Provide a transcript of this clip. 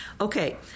Okay